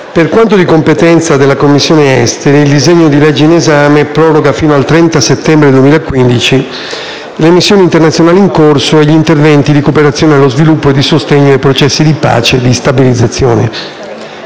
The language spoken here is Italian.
per quanto di competenza della Commissione esteri, il disegno di legge in esame, proroga, fino al 30 settembre 2015, le missioni internazionali in corso e gli interventi di cooperazione allo sviluppo e di sostegno ai processi di pace e di stabilizzazione.